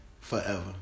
Forever